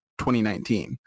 2019